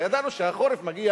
הרי ידענו שהחורף מגיע